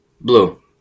Blue